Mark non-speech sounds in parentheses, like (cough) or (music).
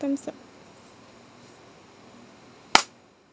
time's up (noise)